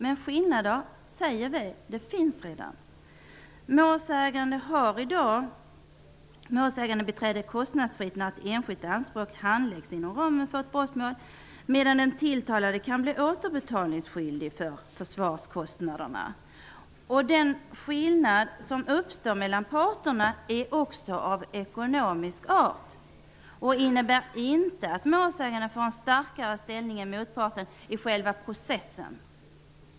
Men skillnaderna finns redan. Målsägande får i dag kostnadsfritt målsägandebiträde när ett enskilt anspråk handläggs inom ramen för ett brottmål, medan den tilltalade kan bli återbetalningsskyldig för försvarskostnaderna. Den skillnad som uppstår mellan parterna är också av ekonomisk art och innebär inte att målsägande har starkare ställning än motparten i själva processen.